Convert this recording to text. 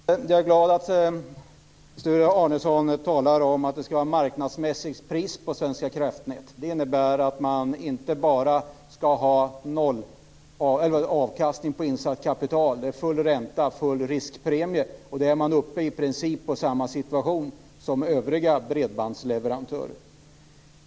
Fru talman! Jag är glad att Sture Arnesson talar om att marknadsmässigt pris ska gälla för Svenska Kraftnät. Det innebär att man inte bara ska ha avkastning på insatt kapital. Det är full ränta, full riskpremie. Då är man i princip i samma situation som övriga bredbandsleverantörer.